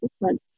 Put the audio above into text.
difference